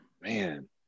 man